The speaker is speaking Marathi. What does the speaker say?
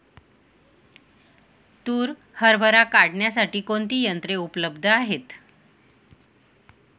तूर हरभरा काढण्यासाठी कोणती यंत्रे उपलब्ध आहेत?